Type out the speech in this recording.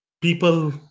people